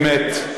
באמת,